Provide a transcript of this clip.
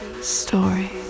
story